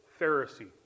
Pharisee